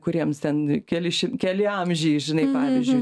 kuriems ten keli ši keli amžiai žinai pavyzdžiui